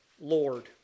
lord